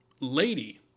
lady